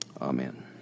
Amen